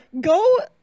go